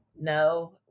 no